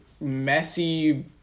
messy